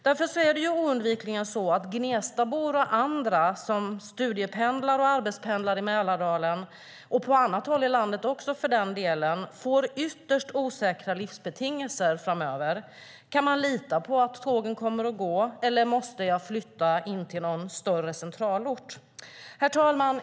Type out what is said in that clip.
Därför är det oundvikligen så att Gnestabor och andra som studiependlar och arbetspendlar i Mälardalen och för den delen även på annat håll i landet får ytterst osäkra livsbetingelser framöver: Kan jag lita på att tågen kommer att gå, eller måste jag flytta in till någon större centralort? Herr talman!